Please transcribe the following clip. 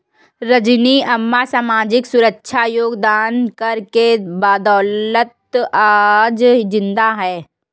रजनी अम्मा सामाजिक सुरक्षा योगदान कर के बदौलत आज जिंदा है